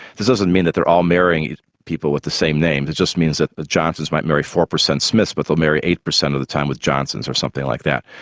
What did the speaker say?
this doesn't mean that they're all marrying people with the same name, it just means that the johnsons might marry four percent smiths but they'll marry eight percent of the time with johnsons or something like that.